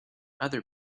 other